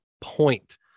point